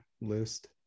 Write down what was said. list